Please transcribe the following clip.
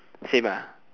same ah